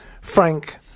Frank